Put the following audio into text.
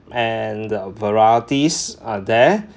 and the varieties uh there